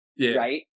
right